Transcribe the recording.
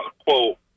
Quote